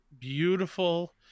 beautiful